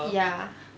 ya